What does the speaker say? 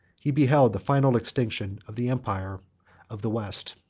he beheld the final extinction of the empire of the west.